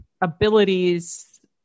abilities